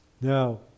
Now